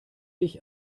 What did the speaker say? dich